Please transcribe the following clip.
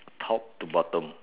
top to bottom